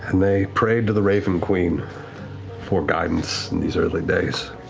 and they prayed to the raven queen for guidance in these early days.